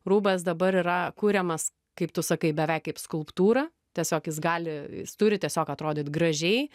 rūbas dabar yra kuriamas kaip tu sakai beveik kaip skulptūra tiesiog jis gali jis turi tiesiog atrodyt gražiai